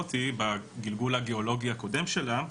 הזאת בגלגול הגיאולוגי הקודם שלה,